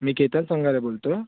मी केतन संगारे बोलतो